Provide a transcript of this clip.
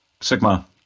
Sigma